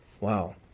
Wow